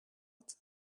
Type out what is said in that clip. and